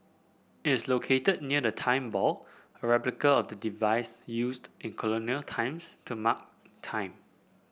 it is located near the Time Ball a replica of the device used in colonial times to mark time